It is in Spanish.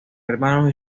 hermanos